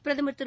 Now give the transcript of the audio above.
பிரதமர் திரு